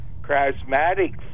charismatic